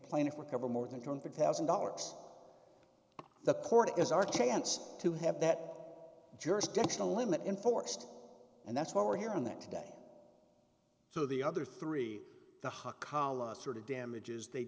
plaintiff recover more than two hundred thousand dollars the court is our chance to have that jurisdictional limit enforced and that's what we're here on that today so the other three the huck our last sort of damages they